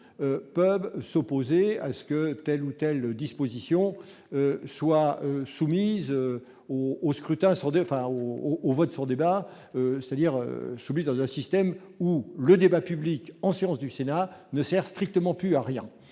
peuvent s'opposer à ce que telle ou telle disposition soit soumise au scrutin sans ou vote sans débat, c'est-à-dire celui dans un système où le débat public en sciences du sénat ne sert strictement plus à rien,